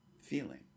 feeling